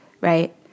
right